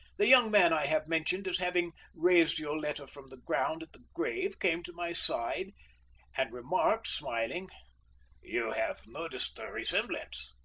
the young man i have mentioned as having raised yoletta from the ground at the grave came to my side and remarked, smiling you have noticed the resemblance.